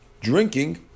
drinking